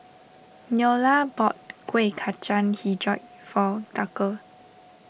Neola bought Kuih Kacang HiJau for Tucker